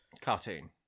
Cartoon